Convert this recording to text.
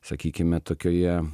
sakykime tokioje